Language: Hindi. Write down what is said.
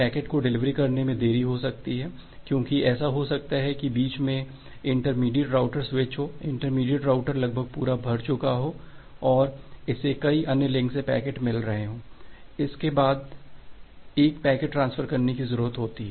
पैकेट को डिलीवर करने में देरी हो सकती है क्योंकि ऐसा हो सकता है कि बीच में इंटरमीडिएट राउटर स्विच हो इंटरमीडिएट राउटर लगभग पूरा भर चुका है और इसे कई अन्य लिंक से पैकेट मिल रहे हों और इसे एक के बाद एक पैकेट ट्रांसफर करने की जरूरत है